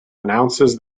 announces